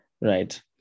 right